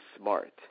smart